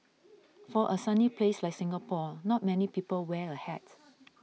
for a sunny place like Singapore not many people wear a hat